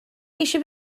eisiau